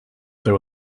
there